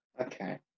okay